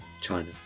China